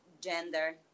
gender